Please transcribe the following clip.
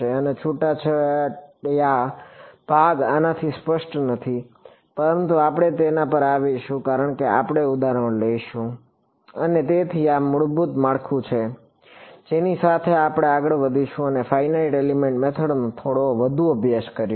અને છૂટાછવાયા ભાગ આનાથી સ્પષ્ટ નથી પરંતુ આપણે તેના પર આવીશું કારણ કે આપણે ઉદાહરણો લઈશું અને તેથી આ મૂળભૂત માળખું છે જેની સાથે આપણે આગળ વધીશું અને ફાઇનાઇટ એલિમેન્ટ મેથડનો થોડો વધુ અભ્યાસ કરીશું